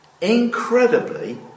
incredibly